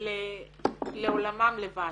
לעולמם לבד,